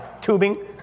Tubing